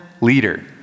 leader